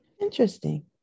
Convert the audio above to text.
Interesting